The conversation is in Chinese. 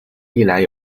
历来